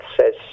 says